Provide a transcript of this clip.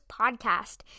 podcast